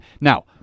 Now